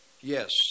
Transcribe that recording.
Yes